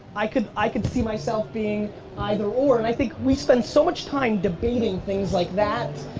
i could i could see myself being either, or. and i think we spend so much time debating things like that,